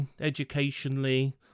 educationally